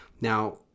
Now